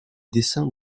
dessins